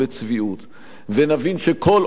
ונבין שכל עוד זאת המציאות,